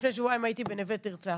זה איזה שהוא הסדר חדש.